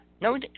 No